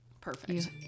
Perfect